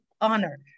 honor